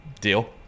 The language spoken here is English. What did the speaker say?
Deal